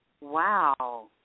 Wow